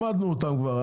למדנו אותם כבר,